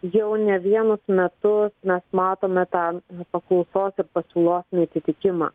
jau ne vienus metus mes matome tam paklausos ir pasiūlos neatitikimą